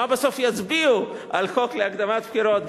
מה בסוף יצביעו על הצעות החוק להקדמת הבחירות,